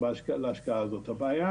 להשקעה הזו, הבעיה